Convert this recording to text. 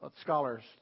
Scholars